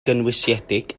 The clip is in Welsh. gynwysiedig